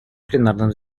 пленарном